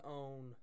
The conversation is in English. own